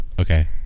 Okay